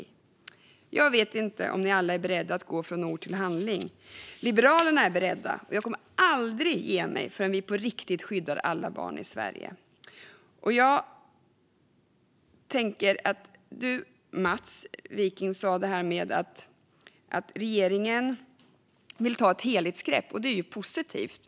Jag vet inte om ni alla är beredda att gå från ord till handling, men Liberalerna är beredda. Jag kommer aldrig att ge mig förrän vi på riktigt skyddar alla barn i Sverige. Mats Wiking sa att regeringen vill ta ett helhetsgrepp, och det är ju positivt.